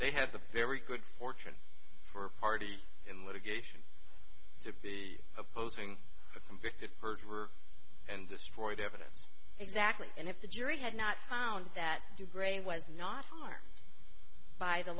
they have the very good fortune for a party in litigation to be opposing convicted perjurer and destroyed evidence exactly and if the jury had not found that the brain was not harmed by the